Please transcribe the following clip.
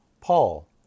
Paul